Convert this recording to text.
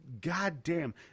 goddamn